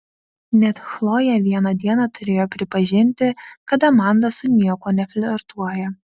net chlojė vieną dieną turėjo pripažinti kad amanda su niekuo neflirtuoja